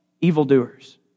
evildoers